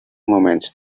moments